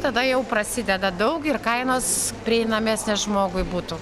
tada jau prasideda daug ir kainos prieinamesnės žmogui būtų